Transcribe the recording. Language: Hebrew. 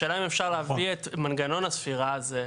השאלה אם אפשר להביא את מנגנון הספירה הזה,